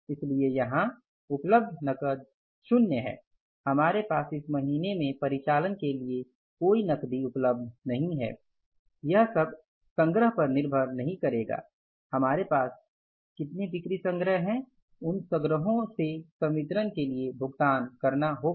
इसलिए यहां उपलब्ध नकद शून्य है हमारे पास इस महीने में परिचालन के लिए कोई नकदी उपलब्ध नहीं है यह सब संग्रह पर निर्भर नहीं करेगा हमारे पास कितने बिक्री संग्रह हैं उन संग्रहों से संवितरण के लिए भुगतान करना होगा